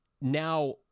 now